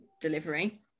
delivery